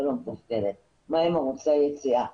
מה עם ערוצי היציאה?